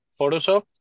Photoshop